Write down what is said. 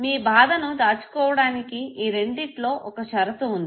మీ బాధను దాచుకోవడానికి ఈ రెండిట్లో ఒక షరతు వుంది